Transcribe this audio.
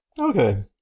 Okay